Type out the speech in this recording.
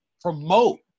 promote